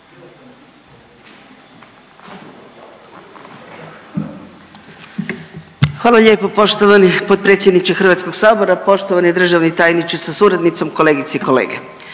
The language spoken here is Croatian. Hvala lijepo poštovani potpredsjedniče Hrvatskog sabora, poštovani državni tajniče sa suradnicom, kolegice i kolege.